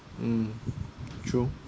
mm true